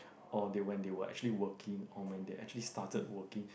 or they when they were actually working or when they actually started working